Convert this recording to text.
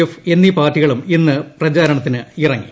F എന്നീ പാർട്ടികളും ഇന്ന് പ്രചാരണത്തിനിറങ്ങി